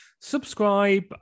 subscribe